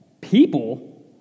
people